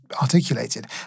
articulated